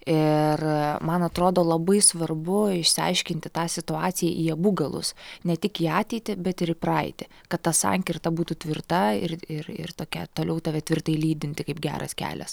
ir man atrodo labai svarbu išsiaiškinti tą situaciją į abu galus ne tik į ateitį bet ir į praeitį kad ta sankirta būtų tvirta ir ir ir tokia toliau tave tvirtai lydinti kaip geras kelias